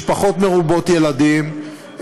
משפחות מרובות ילדים,